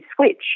switch